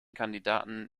kandidaten